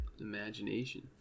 imagination